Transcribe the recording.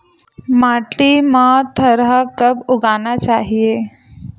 माटी मा थरहा कब उगाना चाहिए?